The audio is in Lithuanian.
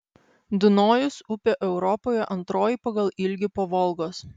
dunojus upė europoje antroji pagal ilgį po volgos